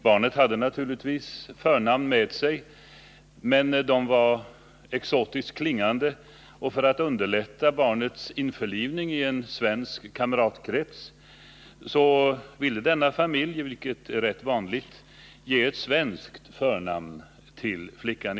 Barnet hade naturligtvis förnamn med sig, men de var exotiskt klingande, och för att underlätta barnets införlivande i en svensk kamratkrets ville familjen — vilket är rätt vanligt — ge flickan i fråga ett svenskt förnamn.